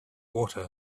water